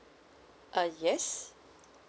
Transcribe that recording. uh yes